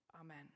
Amen